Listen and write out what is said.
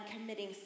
committing